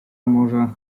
może